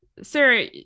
Sarah